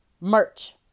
merch